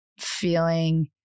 feeling